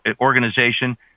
organization